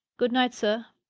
good night, sir.